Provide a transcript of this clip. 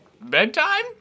Bedtime